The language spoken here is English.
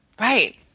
Right